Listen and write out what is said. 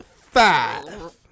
Five